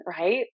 right